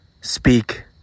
speak